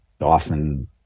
often